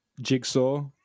Jigsaw